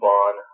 on